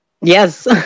Yes